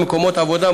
מקומות עבודה,